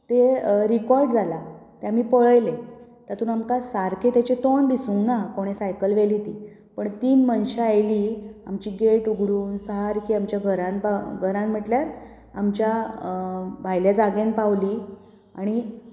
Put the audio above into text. ते रिकॉर्ड जाला ते आमी पळयलें तातूंत आमकां सारकें तेजे तोंड दिसूंक ना कोणें सायकल व्हेली ती पण तीन मनशां येयलीं आमची गेट उगडून सारकीं आमच्या घरांत पावून घरांत म्हणटल्यार आमच्या भायल्या जाग्यांत पावली आनी